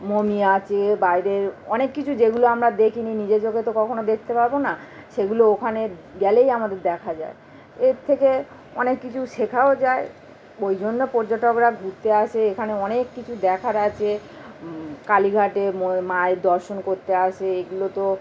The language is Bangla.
মমি আছে বাইরের অনেক কিছু যেগুলো আমরা দেখিনি নিজের চোখে তো কখনও দেখতে পাব না সেগুলো ওখানে গেলেই আমাদের দেখা যায় এর থেকে অনেক কিছু শেখাও যায় ওই জন্য পর্যটকরা ঘুরতে আসে এখানে অনেক কিছু দেখার আছে কালীঘাটে মায়ের দর্শন করতে আসে এগুলো তো